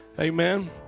Amen